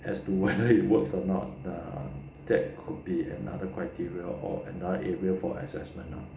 as to whether it works or not uh that could be another criteria or another area for assessment